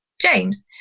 James